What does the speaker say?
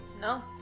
no